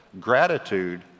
Gratitude